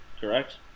correct